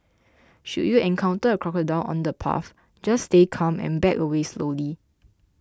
should you encounter a crocodile on the path just stay calm and back away slowly